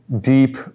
deep